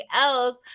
else